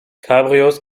cabrios